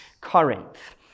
Corinth